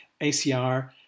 ACR